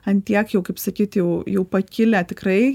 ant tiek jau kaip sakyt jau jau pakilę tikrai